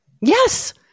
Yes